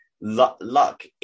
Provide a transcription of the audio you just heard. luck